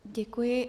Děkuji.